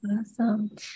awesome